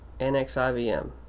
NXIVM